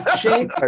Shane